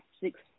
six